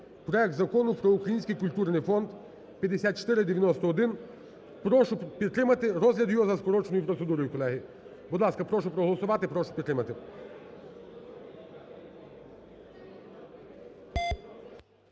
проект Закону про Український культурний фонд. 5491. Прошу підтримати розгляд його за скороченою процедурою, колеги. Будь ласка, прошу проголосувати, прошу підтримати.